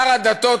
שר הדתות,